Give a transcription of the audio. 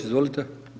Izvolite.